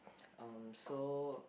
um so